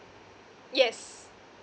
yes